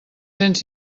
cents